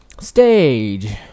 stage